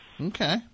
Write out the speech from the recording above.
Okay